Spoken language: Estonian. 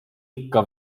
ikka